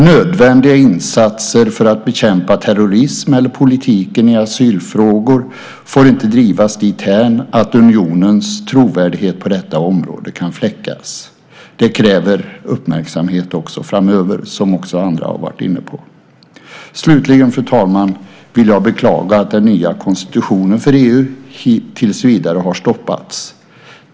Nödvändiga insatser för att bekämpa terrorism eller politiken i asylfrågor får inte drivas dithän att unionens trovärdighet på detta område kan fläckas. Det kräver uppmärksamhet också framöver - som också andra har varit inne på. Fru talman! Jag vill beklaga att den nya konstitutionen för EU tills vidare har stoppats.